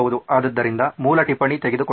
ಆದ್ದರಿಂದ ಮೂಲ ಟಿಪ್ಪಣಿ ತೆಗೆದುಕೊಳ್ಳುವುದು